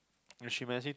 and she honestly